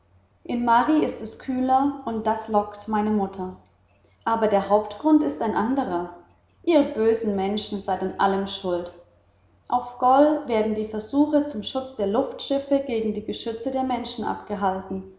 in mari ist es kühler und das lockt meine mutter aber der hauptgrund ist ein anderer ihr bösen menschen seid an allem schuld auf gol werden die versuche zum schutz der luftschiffe gegen die geschütze der menschen abgehalten